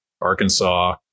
Arkansas